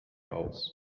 aus